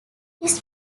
his